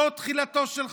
זה תחילתו של חורבן,